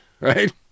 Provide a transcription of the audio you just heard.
Right